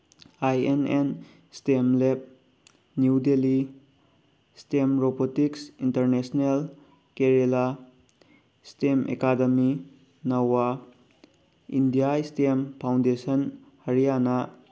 I N N STEM lab New Delhi STEM robotics international Kerala STEM academy Nava India STEM foundation Haryana